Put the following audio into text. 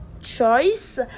choice